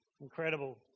incredible